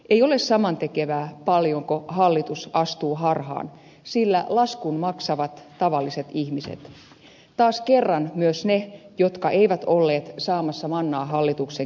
ei ole samantekevää paljonko hallitus astuu harhaan sillä laskun maksavat tavalliset ihmiset taas kerran myös ne jotka eivät olleet saamassa mannaa hallituksen kädestä